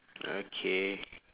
okay